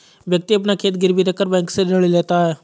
व्यक्ति अपना खेत गिरवी रखकर बैंक से ऋण लेता है